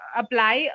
apply